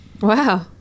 Wow